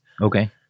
Okay